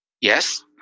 yes